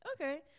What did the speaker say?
Okay